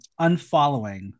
unfollowing